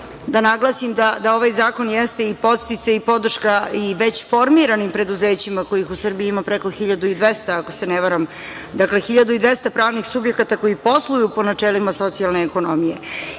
da naglasim da ovaj zakon jeste i podsticaj i podrška i već formiranim preduzećima kojih u Srbiji ima preko 1.200, ako se ne varam. Dakle, 1.200 pravnih subjekata koji posluju po načelima socijalne ekonomije. Tu